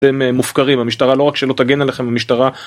אתם מופקרים, המשטרה לא רק שלא תגן עליכם, המשטרה...